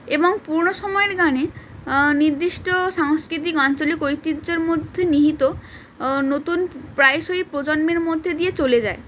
এবং পুরনো সময়ের গানে নির্দিষ্ট সাংস্কৃতিক আঞ্চলিক ঐতিহ্যের মধ্যে নিহিত নতুন প্রায়শই প্রজন্মের মধ্যে দিয়ে চলে যায়